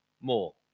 more